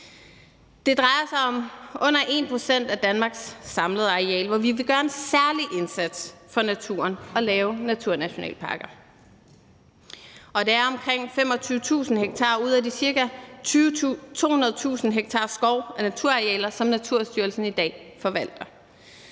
Det drejer sig om under 1 pct. af Danmarks samlede areal, hvor vi vil gøre en særlig indsats for naturen og lave naturnationalparker. Det er omkring 25.000 ha ud af de ca. 200.000 ha skov af naturarealer, som Naturstyrelsen i dag forvalter.